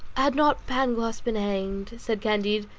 had not pangloss been hanged, said candide,